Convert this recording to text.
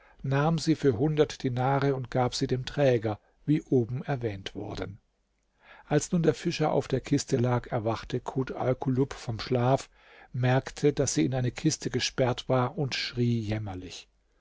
nahm sie für hundert dinare und gab sie dem träger wie oben erwähnt worden als nun der fischer auf der kiste lag erwachte kut alkulub vom schlaf merkte daß sie in eine kiste gesperrt war und schrie jämmerlich